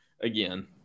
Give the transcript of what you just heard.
again